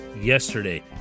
yesterday